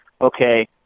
okay